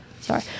sorry